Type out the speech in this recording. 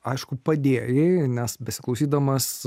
aišku padėjai nes besiklausydamas